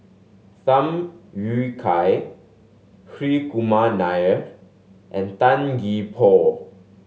Tham Yui Kai Hri Kumar Nair and Tan Gee Paw